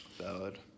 Ballad